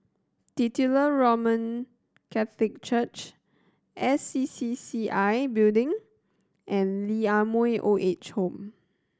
Titular Roman Catholic Church S C C C I Building and Lee Ah Mooi Old Age Home